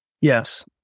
Yes